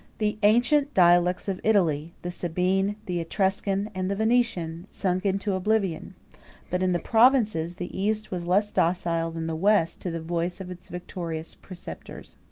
the ancient dialects of italy, the sabine, the etruscan, and the venetian, sunk into oblivion but in the provinces, the east was less docile than the west to the voice of its victorious preceptors.